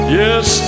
yes